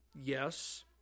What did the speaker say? Yes